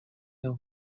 veu